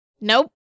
Nope